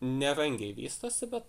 nerangiai vystosi bet